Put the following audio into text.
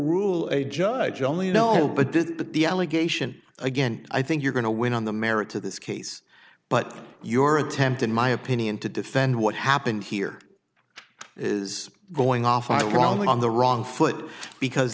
rule a judge only you know but did that the allegation again i think you're going to win on the merits of this case but your attempt in my opinion to defend what happened here is going off i wrong on the wrong foot because